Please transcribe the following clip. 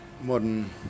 modern